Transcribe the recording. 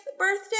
birthday